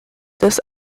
des